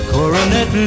Coronet